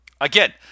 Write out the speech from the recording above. Again